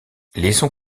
laissons